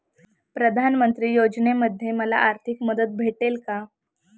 प्रधानमंत्री योजनेमध्ये मला आर्थिक मदत भेटेल का?